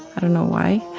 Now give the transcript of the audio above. i don't know why.